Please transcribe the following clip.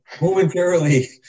Momentarily